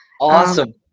Awesome